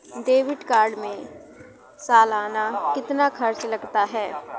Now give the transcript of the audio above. Debit card में सालाना कितना खर्च लगता है?